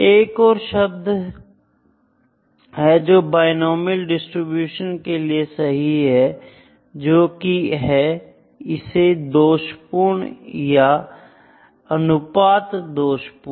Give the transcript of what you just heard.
एक और शब्द है जो बिनोमिअल डिस्ट्रीब्यूशन के लिए सही है जो कि है इसे दोषपूर्ण या अनुपात दोषपूर्ण